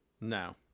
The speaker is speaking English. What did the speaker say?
No